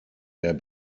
der